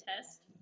test